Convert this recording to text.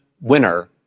winner